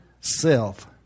self